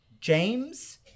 James